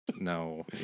No